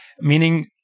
meaning